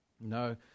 No